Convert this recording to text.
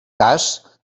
cas